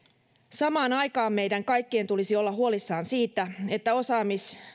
samaan aikaan meidän kaikkien tulisi olla huolissaan siitä että osaamis